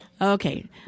Okay